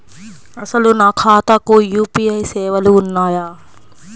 అసలు నా ఖాతాకు యూ.పీ.ఐ సేవలు ఉన్నాయా?